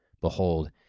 Behold